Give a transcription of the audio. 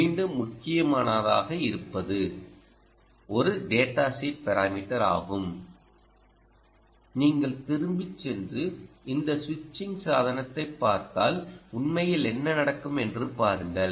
மீண்டும் முக்கியமானதாக இருப்பது ஒரு டேடா ஷீட் பாராமீட்டர் ஆகும் நீங்கள் திரும்பிச் சென்று இந்த சுவிட்சிங் சாதனத்தைப் பார்த்தால் உண்மையில் என்ன நடக்கும் என்று பாருங்கள்